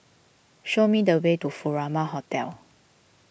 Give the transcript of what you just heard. show me the way to Furama Hotel